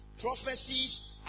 Prophecies